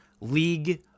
league